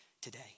today